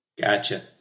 Gotcha